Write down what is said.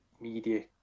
media